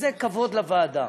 שזה כבוד לוועדה.